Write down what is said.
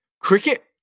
Cricket